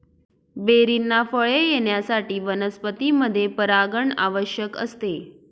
बेरींना फळे येण्यासाठी वनस्पतींमध्ये परागण आवश्यक असते